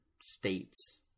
states